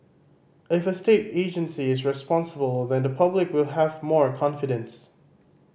if a state agency is responsible then the public will have more confidence